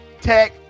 tech